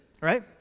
right